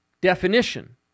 definition